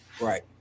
Right